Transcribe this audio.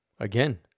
Again